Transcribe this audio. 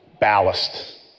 Ballast